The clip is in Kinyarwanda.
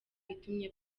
itumye